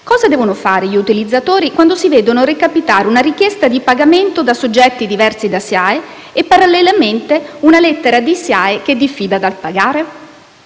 Cosa devono fare gli utilizzatori quando si vedono recapitare una richiesta di pagamento da soggetti diversi dalla SIAE e, parallelamente, una lettera della SIAE che diffida dal pagare?